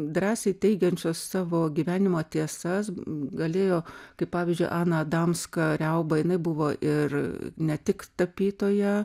drąsiai teigiančios savo gyvenimo tiesas galėjo kaip pavyzdžiui ana adamska riauba jinai buvo ir ne tik tapytoja